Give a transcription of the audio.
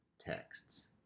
texts